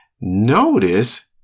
Notice